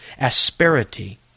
asperity